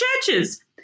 churches